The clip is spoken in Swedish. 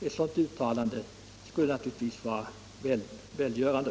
Ett sådant uttalande skulle vara välgörande.